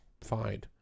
fine